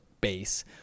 Base